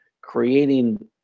creating